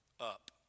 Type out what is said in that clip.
Up